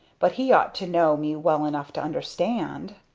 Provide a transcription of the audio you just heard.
but he ought to know me well enough to understand.